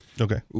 Okay